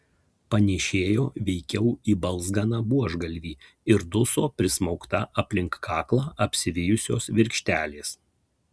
panėšėjo veikiau į balzganą buožgalvį ir duso prismaugta aplink kaklą apsivijusios virkštelės